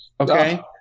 Okay